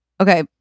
okay